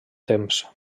temps